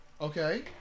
Okay